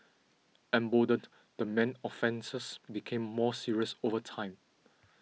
emboldened the man's offences became more serious over time